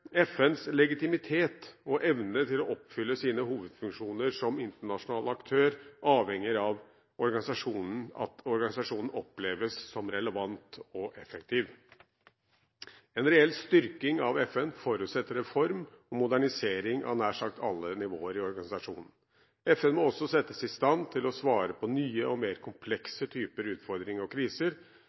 FNs legitimitet og evne til å oppfylle sine hovedfunksjoner som internasjonal aktør avhenger av at organisasjonen oppleves som relevant og effektiv. En reell styrking av FN forutsetter reform og modernisering av nær sagt alle nivåer i organisasjonen. FN må også settes i stand til å svare på nye og mer komplekse typer utfordringer og kriser,